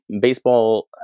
baseball